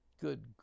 good